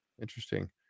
Interesting